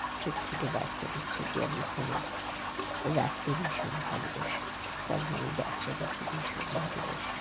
ছোট ছোট বাচ্চাদের ছবি আমি ফোনে রাখতে ভীষণ ভালোবাসি কারণ আমি বাচ্চাদেরকে ভীষণ ভালোবাসি